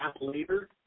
later